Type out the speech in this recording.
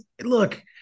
look